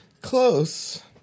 Close